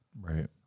Right